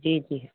जी जी